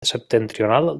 septentrional